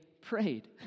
prayed